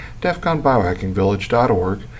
defconbiohackingvillage.org